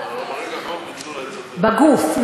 בגוף.